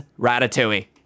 ratatouille